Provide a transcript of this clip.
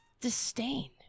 disdain